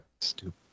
stupid